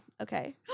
Okay